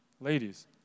Ladies